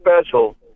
special